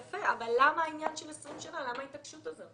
יפה, אבל למה התעקשות על 20 שנה?